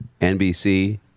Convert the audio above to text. NBC